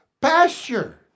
Pasture